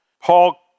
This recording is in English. Paul